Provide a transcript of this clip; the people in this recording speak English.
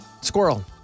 Squirrel